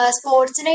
sports